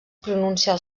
pronunciar